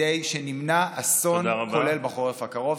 כדי שנמנע אסון כולל בחורף הקרוב.